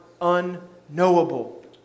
unknowable